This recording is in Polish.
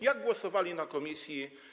Jak głosowali w komisji?